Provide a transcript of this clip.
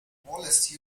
wallace